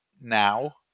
now